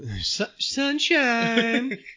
Sunshine